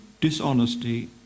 dishonesty